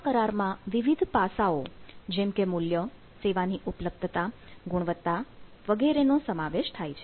આ કરારમાં વિવિધ પાસાઓ જેમકે મૂલ્ય સેવાની ઉપલબ્ધતા ગુણવત્તા વગેરેનો સમાવેશ થાય છે